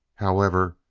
however,